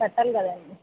పెట్టాలి కదా అండి